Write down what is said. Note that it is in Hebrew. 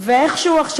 גם בתקשורת,